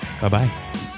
Bye-bye